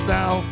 now